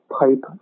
pipe